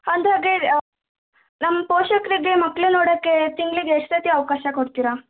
ಅಂದ ಹಾಗೆ ನಮ್ಮ ಪೋಷಕ್ರಿಗೆ ಮಕ್ಳು ನೋಡೋಕ್ಕೆ ತಿಂಗ್ಳಿಗೆ ಎಷ್ಟು ಸರ್ತಿ ಅವಕಾಶ ಕೊಡ್ತೀರ